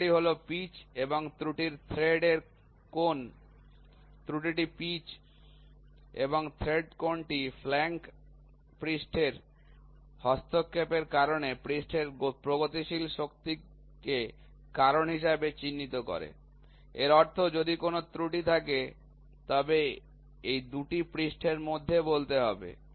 ত্রুটিটি হল পিচ এবং ত্রুটির থ্রেড এর কোণ ত্রুটিটি পিচ এবং থ্রেড কোণটি ফ্লানক পৃষ্ঠের হস্তক্ষেপের কারণে পৃষ্ঠের প্রগতিশীল শক্তিকে কারণ হিসাবে চিহ্নিত করে এর অর্থ যদি কোনও ত্রুটি থাকে তবে এই ২টি পৃষ্ঠের মধ্যে বলতে হবে